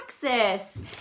Texas